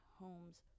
homes